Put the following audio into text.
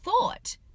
thought